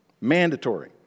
mandatory